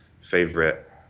favorite